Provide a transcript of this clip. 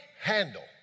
handle